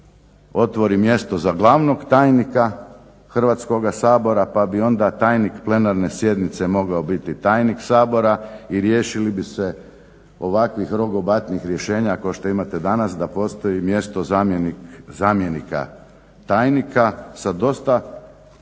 otvori mjesto za Glavnog tajnika Hrvatskoga sabora pa bi onda tajnik plenarne sjednice mogao biti tajnik Sabora i riješili bi se ovakvih rogobatnih rješenja kao što imate danas da postoji mjesto zamjenik zamjenika tajnika sa dosta